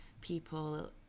people